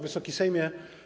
Wysoki Sejmie!